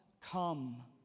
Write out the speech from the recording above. come